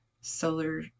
solar